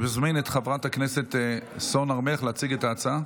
עברה בקריאה ראשונה, סליחה,